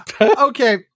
Okay